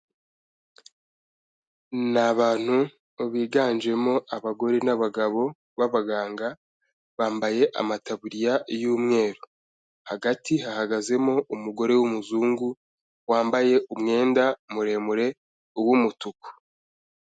Ni abantu biganjemo abagore n'abagabo b'abaganga, bambaye amataburiya y'umweru. Hagati hahagazemo umugore w'umuzungu, wambaye umwenda muremure w'umutuku.